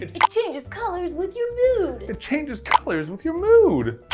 it it changes color with your mood. it changes color with your mood.